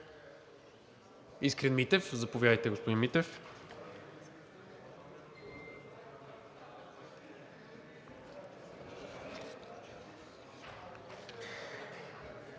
Искрен Митев. Заповядайте, господин Митев,